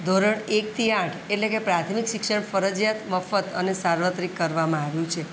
ધોરણ એકથી આઠ એટલે કે પ્રાથમિક શિક્ષણ ફરજિયાત મફત અને સાર્વત્રિક કરવામાં આવ્યું છે